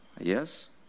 Yes